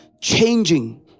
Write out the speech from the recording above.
changing